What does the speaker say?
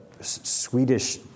Swedish